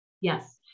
Yes